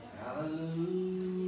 Hallelujah